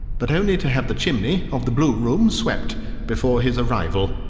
but only to have the chimney of the blue room swept before his arrival.